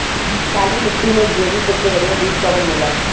काली मिट्टी में गेहूँक सबसे बढ़िया बीज कवन होला?